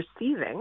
receiving